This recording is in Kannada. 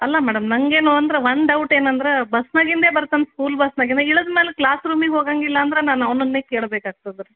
ಅಲ್ಲ ಮೇಡಮ್ ನನಗೇನು ಅಂದ್ರೆ ಒನ್ ದೌಟ್ ಏನಂದ್ರೆ ಬಸ್ನಾಗಿಂದೇ ಬರ್ತಾನೆ ಸ್ಕೂಲ್ ಬಸ್ನಾಗೆನೆ ಇಳದ ಮೇಲೆ ಕ್ಲಾಸ್ ರೂಮಿಗೆ ಹೋಗಂಗಿಲ್ಲ ಅಂದ್ರೆ ನಾನು ಅವನನ್ನೇ ಕೇಳ್ಬೇಕಾಗ್ತದೆ ರೀ